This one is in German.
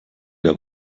der